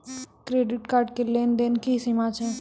Credit card के लेन देन के की सीमा छै?